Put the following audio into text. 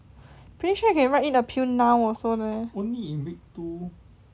pretty sure you can write in appeal now also leh only in week two